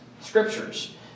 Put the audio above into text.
scriptures